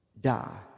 die